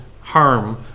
harm